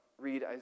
Read